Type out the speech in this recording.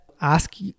ask